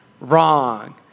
wrong